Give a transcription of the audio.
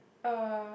uh